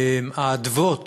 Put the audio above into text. האדוות